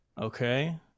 okay